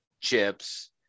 chips